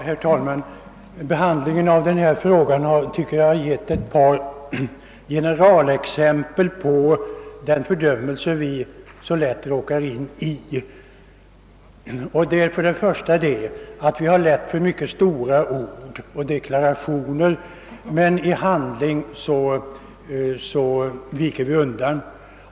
Herr talman! Behandlingen av den här frågan har, enligt min mening, gett ett par mönsterexempel på den fördömelse vi så lätt råkar in i. För det första har vi lätt att använda mycket stora ord och deklarationer, medan vi i handling viker undan.